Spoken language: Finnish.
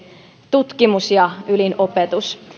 tutkimus ja ylin opetus